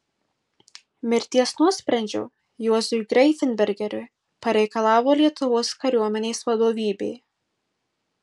mirties nuosprendžio juozui greifenbergeriui pareikalavo lietuvos kariuomenės vadovybė